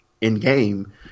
in-game